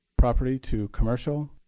property to commercial,